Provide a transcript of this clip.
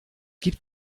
gibt